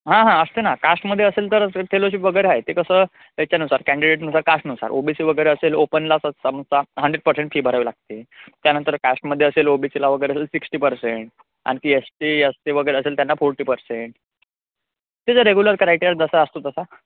हां हां असते ना कास्टमध्ये असेल तर फेलोशीप वगैरे आहे ते कसं याच्यानुसार कँडिडेटनुसार कास्टनुसार ओ बी सी वगैरे असेल ओपनलाच समजा हंड्रेड पर्सेंट फी भरावी लागते त्यानंतर कास्टमध्ये असेल ओ बी सीला वगैरे असेल सिक्स्टी पर्सेंट आणखी एस टी एस टी वगैरे असेल त्यांना फोर्टी पर्सेंट तेच रेगुलर क्रायटेरिया जसा असतो तसा